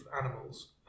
animals